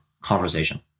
conversation